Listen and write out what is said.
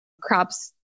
crops